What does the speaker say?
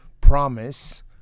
promise